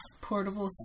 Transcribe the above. portable